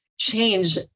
change